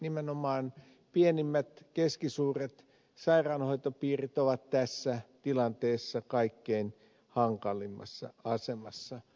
nimenomaan pienimmät keskisuuret sairaanhoitopiirit ovat tässä tilanteessa kaikkein hankalimmassa asemassa